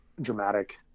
dramatic